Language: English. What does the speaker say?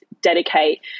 dedicate